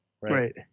Right